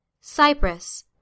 Cyprus